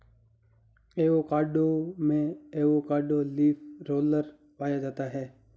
avocado में avocado leaf roller पाया जाता है